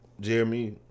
Jeremy